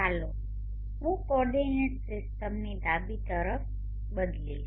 ચાલો હું કોઓર્ડિનેટ સિસ્ટમને ડાબી તરફ બદલીશ